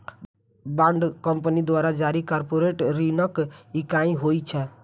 bond company द्वारा जारी corporate ऋणक इकाइ होइ छै